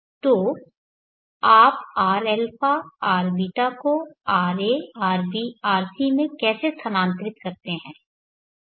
तो आप rα rβ को ra rb rc में कैसे स्थानांतरित करते हैं